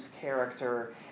character